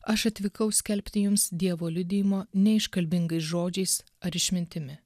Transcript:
aš atvykau skelbti jums dievo liudijimo ne iškalbingais žodžiais ar išmintimi